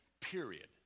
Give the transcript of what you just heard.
period